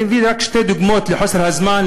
אני אביא רק שתי דוגמאות, מחוסר זמן.